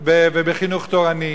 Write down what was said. ובחינוך תורני,